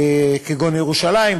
כגון ירושלים,